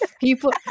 People